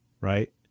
right